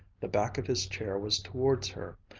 the back of his chair was towards her.